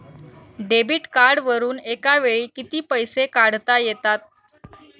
Debit कार्डवरुन एका वेळी किती पैसे काढता येतात?